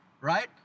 right